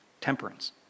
temperance